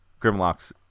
Grimlock's